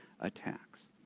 attacks